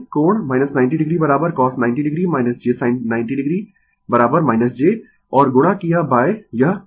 कोण 90 o cos 90 o j sin 90 o j और गुणा किया यह ω C